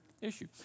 issue